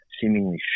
seemingly